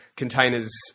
containers